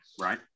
Right